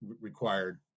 required